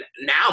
now